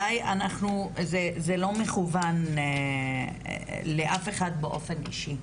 זה לא מכוון לאף אחד באופן אישי,